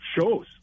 shows